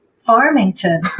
Farmington